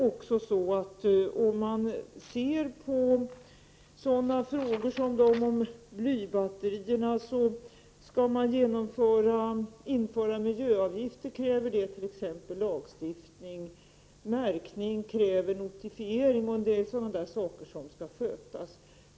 Om man ser på sådana frågor som den om blybatterierna, så skulle t.ex. ett införande av miljöavgifter kräva lagstiftning. Märkning kräver notifiering. Det är alltså en del sådana saker som skall skötas.